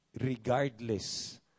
Regardless